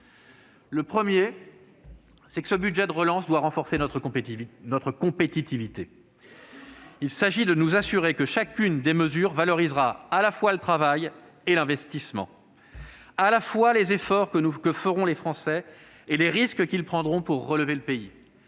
Le premier, c'est que ce budget de relance doit renforcer notre compétitivité. Il s'agit de nous assurer que chacune des mesures valorisera à la fois le travail et l'investissement, à la fois les efforts que feront les Français et les risques qu'ils prendront pour relever le pays.